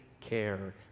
care